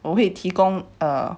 我会提供 err